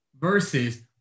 Versus